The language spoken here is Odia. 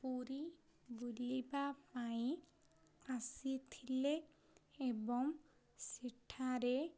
ପୁରୀ ବୁଲିବା ପାଇଁ ଆସିଥିଲେ ଏବଂ ସେଠାରେ